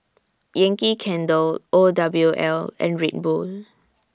Yankee Candle O W L and Red Bull